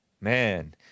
Man